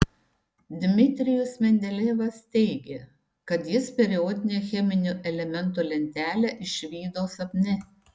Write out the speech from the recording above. dmitrijus mendelejevas teigė kad jis periodinę cheminių elementų lentelę išvydo sapne